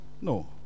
No